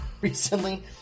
recently